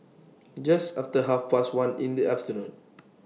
Just after Half Past one in The afternoon